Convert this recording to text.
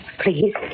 Please